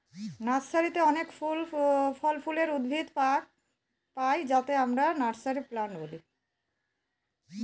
নার্সারিতে অনেক ফল ফুলের উদ্ভিদ পাই যাকে আমরা নার্সারি প্লান্ট বলি